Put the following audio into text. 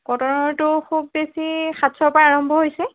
কটনৰটো খুব বেছি সাতশৰ পৰা আৰম্ভ হৈছে